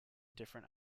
different